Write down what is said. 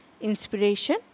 inspiration